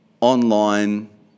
online